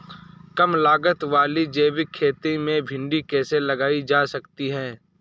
कम लागत वाली जैविक खेती में भिंडी कैसे लगाई जा सकती है?